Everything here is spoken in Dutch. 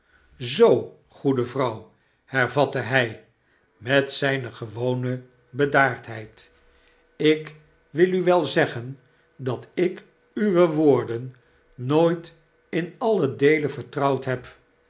zoo i goede vrouw hervatte hy met zyne gewone bedaardheid ik wil u wel zeggen dat ik uwe woorden nooit in alien deele vertrouwd heb